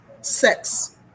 Sex